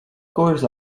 course